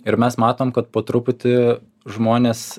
ir mes matom kad po truputį žmonės